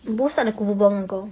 bosan aku berbual dengan kau